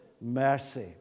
mercy